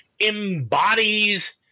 embodies